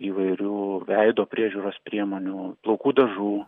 įvairių veido priežiūros priemonių plaukų dažų